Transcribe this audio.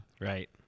Right